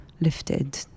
lifted